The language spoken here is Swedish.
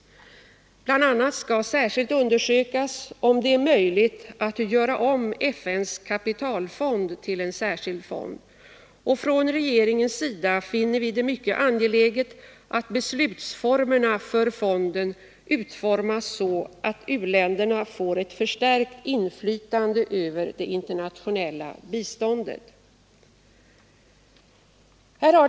Bl. a. skall särskilt undersökas om det är möjligt att ”göra om” FN:s kapitalfond till en särskild fond. Från regeringens sida finner vi det mycket angeläget att beslutsformerna för fonden utformas så, att u-länderna får ett förstärkt inflytande över det internationella biståndet.